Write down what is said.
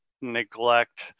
neglect